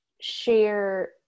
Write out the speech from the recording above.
share